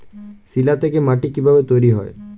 শিলা থেকে মাটি কিভাবে তৈরী হয়?